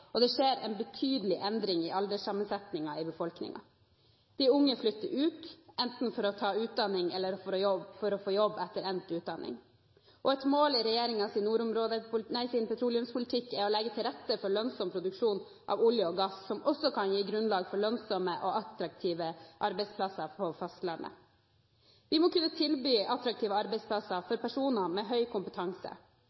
og det skjer en betydelig endring i alderssammensetningen i befolkningen. De unge flytter ut, enten for å ta utdanning eller for å få jobb etter endt utdanning. Et mål i regjeringens petroleumspolitikk er å legge til rette for lønnsom produksjon av olje og gass som også kan gi grunnlag for lønnsomme og attraktive arbeidsplasser på fastlandet. Vi må kunne tilby attraktive arbeidsplasser